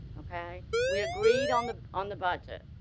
okay. we agreed on the on the budget.